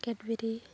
Cadbury